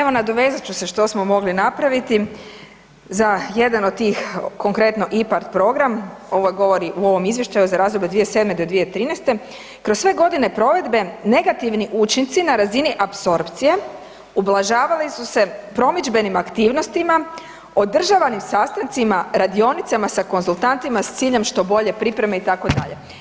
Evo nadovezat ću se što smo mogli napraviti, za jedan od tih konkretno IPARD program, ovo govori u ovom izvještaju za razdoblje od 2007. do 2013., kroz sve godine provedbe, negativni učinci na razini apsorpcije, ublažavali su se promidžbenim aktivnostima, održavanim sastancima, radionicama sa konzultantima s ciljem što bolje pripreme itd.